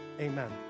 amen